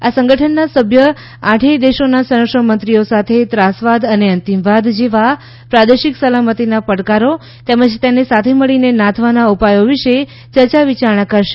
આ સંગઠનના સભ્ય આઠેય દેશોના સંરક્ષણમંત્રીઓ સાથે ત્રાસવાદ અને અંતિમવાદ જેવા પ્રાદેશિક સલામતિના પડકારો તેમજ તેને સાથે મળીને નાથવાના ઉપાયો વિશે ચર્ચા વિચારણા કરશે